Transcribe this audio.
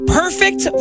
perfect